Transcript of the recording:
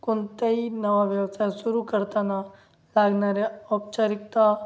कोणत्याही नवा व्यवसाय सुरू करताना लागणाऱ्या औपचारिकता